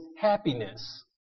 happiness